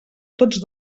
tots